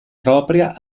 propria